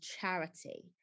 charity